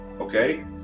okay